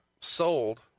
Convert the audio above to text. sold